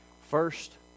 First